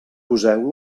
poseu